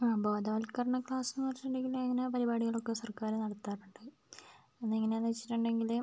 ആ ബോധവൽക്കരണ ക്ലാസ് എന്ന് പറഞ്ഞിട്ടുണ്ടെങ്കില് ഇങ്ങനെ പരിപാടികളൊക്ക സർക്കാര് നടത്താറുണ്ട് ഒന്ന് എങ്ങനെയാണെന്ന് വെച്ചിട്ടുണ്ടെങ്കില്